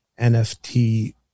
NFT